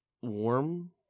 warm